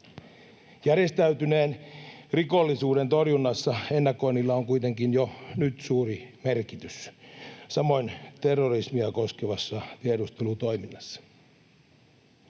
Järjestäytyneen rikollisuuden torjunnassa ennakoinnilla on kuitenkin jo nyt suuri merkitys, samoin terrorismia koskevassa tiedustelutoiminnassa.